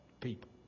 people